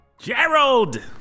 Gerald